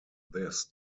this